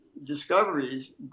discoveries